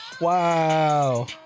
Wow